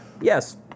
yes